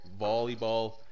volleyball